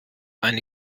eine